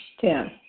Ten